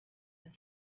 use